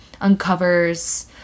uncovers